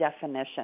definition